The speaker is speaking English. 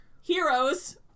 heroes